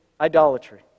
idolatry